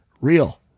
Real